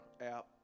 app